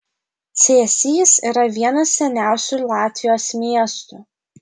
cėsys yra vienas seniausių latvijos miestų